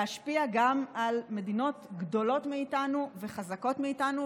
להשפיע גם על מדינות גדולות מאיתנו וחזקות מאיתנו,